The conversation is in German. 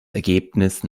ergebnis